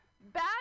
Bad